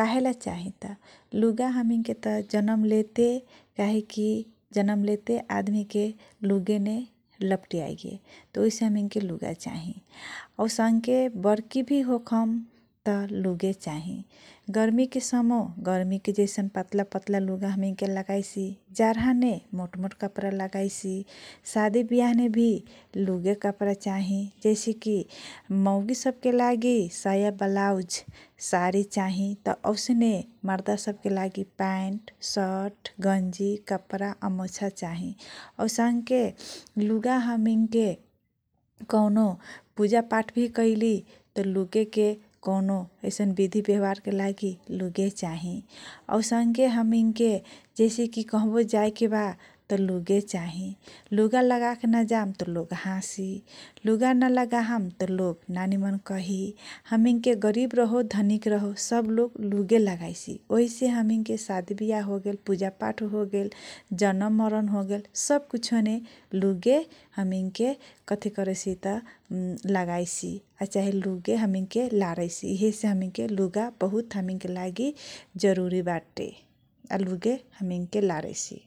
कहिले चाहि त । लुगा त हमनीके जनम लेते आदमिके लुगेने लप्टियाइये त उहेसे हमैनके लुगे चाहि । औसन्के बर्की भि होखम त लुगे चाहि । गर्मीके समोह गर्मीके जैसन पत्ला पत्ला हमैनके लुगा लगाइसी । जारहाने मोट मोट कपरा लगाइसी । सादि बियाहमे भि लुगे कपरा चाहि जैसे कि मौगी सबके लागी साया ब्लाउज सारी चाही । त औसने मर्दा सबके लागि पाइन्ट सट गन्जि कपरा अमोछा चाहि । औसन्के लुगा हमैनके कौनो पुजा पाठ कैली त लुगे के कौनो बिधि व्यवहारके लागि लुगे चाहि । औसन्के हमैनके जैसेकी कहबो जाएको बा त लुगे चाहि । लुगा लागाके न जाम त लोग हासी । लुगा न लगाहम त लोग न निमन कहि । हमैनके गरिब रहो धनिक रहो सब लोग लुगे लगाइसी । ओहिसे हमैनके सादि बियाह होगेल पुजा पाठ होगेल जनम मरन होगेल सब किछियोने लुगे हमैनके कथि करैसी त लगाइसी आ चाहि लुगे हमैनके लारैसी । इहेसे हमैनके लुगा बहुत हमैनके लागि जरूरी बाटे आ लुगा हमैनके लारैसी ।